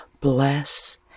bless